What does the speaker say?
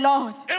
Lord